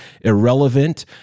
Irrelevant